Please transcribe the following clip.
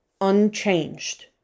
unchanged